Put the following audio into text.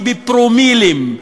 היא בפרומילים.